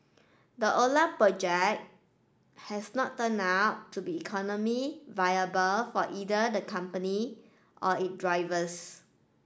the Ola project has not turned out to be economic viable for either the company or its drivers